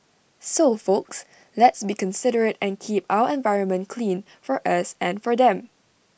so folks let's be considerate and keep our environment clean for us and for them